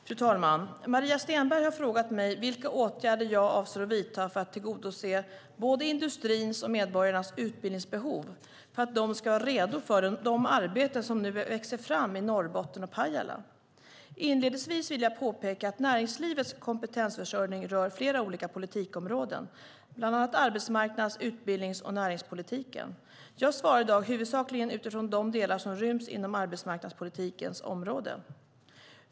Fru talman! Fru talman! Maria Stenberg har frågat mig vilka åtgärder jag avser att vidta för att tillgodose både industrins och medborgarnas utbildningsbehov, för att de ska vara redo för de arbeten som nu växer fram i Norrbotten och Pajala. Inledningsvis vill jag påpeka att näringslivets kompetensförsörjning rör flera olika politikområden, bland annat arbetsmarknads-, utbildnings och näringspolitiken. Jag svarar i dag huvudsakligen utifrån de delar som ryms inom arbetsmarknadspolitikens område.